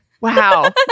Wow